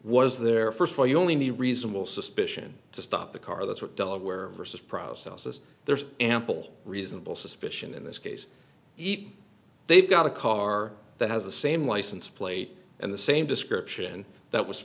was there first where you only need a reasonable suspicion to stop the car that's what delaware versus processes there's ample reasonable suspicion in this case eat they've got a car that has the same license plate and the same description that was